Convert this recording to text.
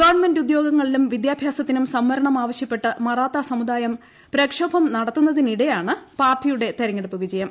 government ഉദ്യോഗങ്ങളിലും വിദ്യാഭ്യാസത്തിനും സംവരണം ആവശ്യപ്പെട്ട് മറാത്താസമുദായം പ്രക്ഷോഭം നടത്തുന്നതിനിടെയാണ് പാർട്ടിയുടെ തെരഞ്ഞെടുപ്പ് വിജയം